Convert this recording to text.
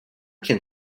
can